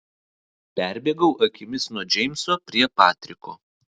perbėgau akimis nuo džeimso prie patriko